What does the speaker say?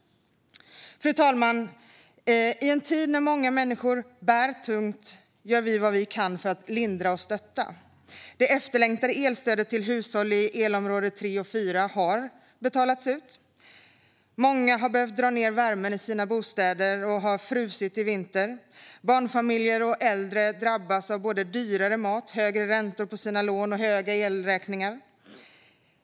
Fru talman! I en tid när många människor bär tungt gör vi vad vi kan för att lindra och stötta. Det efterlängtade elstödet till hushåll i elområde 3 och 4 har betalats ut. Många har behövt dra ned värmen i sina bostäder och har frusit i vinter. Barnfamiljer och äldre drabbas av både dyrare mat, högre räntor på sina lån och höga elräkningar.